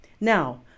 Now